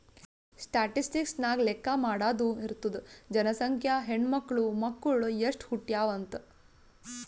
statistics ನಾಗ್ ಲೆಕ್ಕಾ ಮಾಡಾದು ಇರ್ತುದ್ ಜನಸಂಖ್ಯೆ, ಹೆಣ್ಮಕ್ಳು, ಮಕ್ಕುಳ್ ಎಸ್ಟ್ ಹುಟ್ಯಾವ್ ಅಂತ್